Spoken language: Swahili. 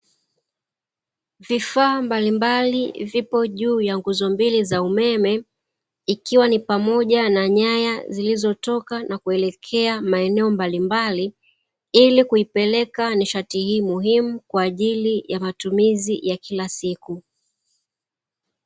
Vifaa mbalimbali vipo juu ya nguzo mbili za umeme ikiwa ni pamoja na nyanya zilizotoka na kuelekea maeneo mbalimbali, ili kuipeleka nishati hii muhimu kwa ajili ya matumizi ya kila siku.